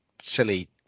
silly